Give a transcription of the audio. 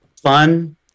fun